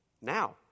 now